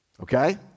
Okay